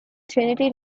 trinity